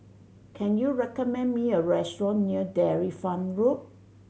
can you recommend me a restaurant near Dairy Farm Road